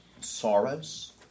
sorrows